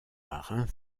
marin